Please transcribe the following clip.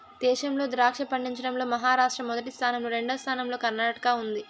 దేశంలో ద్రాక్ష పండించడం లో మహారాష్ట్ర మొదటి స్థానం లో, రెండవ స్థానం లో కర్ణాటక ఉంది